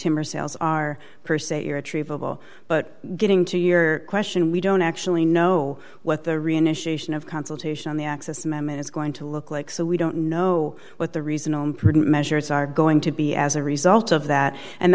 timber sales are per se irretrievable but getting to your question we don't actually know what the reinitiate of consultation on the access amendment is going to look like so we don't know what the reason i'm pretty measures are going to be as a result of that and